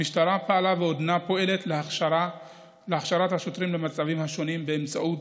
המשטרה פעלה ועודנה פועלת להכשרת השוטרים למצבים השונים באמצעות,